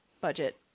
Budget